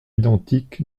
identique